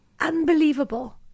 unbelievable